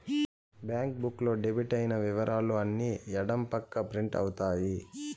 bank book లో debit అయిన ఇవరాలు అన్ని ఎడం పక్క ప్రింట్ అవుతాయి